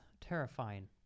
terrifying